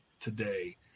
today